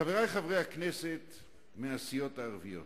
חברי חברי הכנסת מהסיעות הערביות,